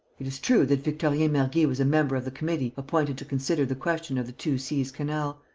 it is true that victorien mergy was a member of the committee appointed to consider the question of the two-seas canal.